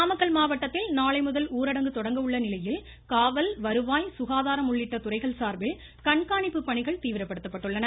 நாமக்கல் மாவட்டத்தில் நாளை முதல் ஊரடங்கு தொடங்க உள்ள நிலையில் காவல் வருவாய் சுகாதாரம் உள்ளிட்ட துறைகள் சார்பில் கண்காணிப்பு பணிகள் தீவிரப்படுத்தப்பட்டுள்ளன